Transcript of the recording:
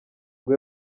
ngo